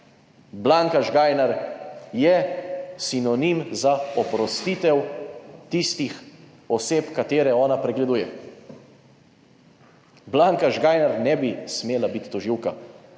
Blanka Žgajnar je sinonim za oprostitev tistih oseb, katere ona pregleduje. Blanka Žgajnar ne bi 27. TRAK (VI)